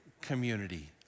community